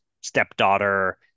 stepdaughter